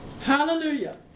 Hallelujah